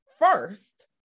first